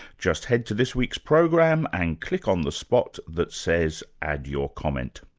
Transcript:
just head to this week's program and click on the spot that says add your comment.